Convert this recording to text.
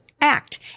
act